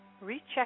Recheck